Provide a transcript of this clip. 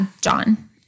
John